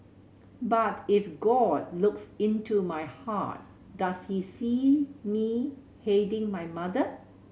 but if God looks into my heart does he see me hating my mother